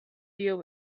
deal